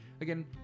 again